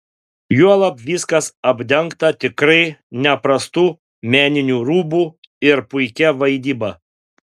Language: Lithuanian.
juolab viskas apdengta tikrai neprastu meniniu rūbu ir puikia vaidyba